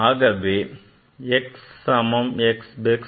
ஆகவே x சமம் x best